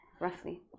roughly